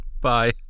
Bye